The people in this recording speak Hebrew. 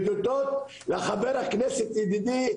ותודות לחבר הכנסת ידידי,